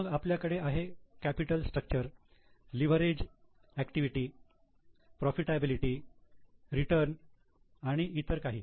मग आपल्याकडे आहे capital structure leverage activity profitability return आणि इतर काही